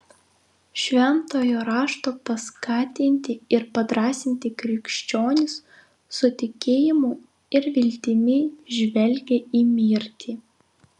šventojo rašto paskatinti ir padrąsinti krikščionys su tikėjimu ir viltimi žvelgią į mirtį